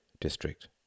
district